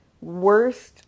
worst